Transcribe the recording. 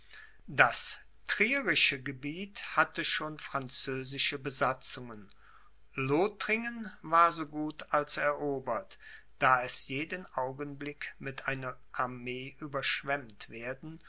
das trierische gebiet hatte schon französische besitzungen lothringen war so gut als erobert da es jeden augenblick mit einer armee überschwemmt werden